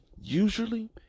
usually